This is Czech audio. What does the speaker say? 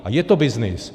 A je to byznys.